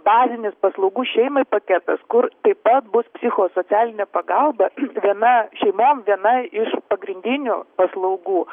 bazinis paslaugų šeimai paketas kur taip pat bus psichosocialinė pagalba viena šeima viena iš pagrindinių paslaugų